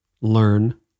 learn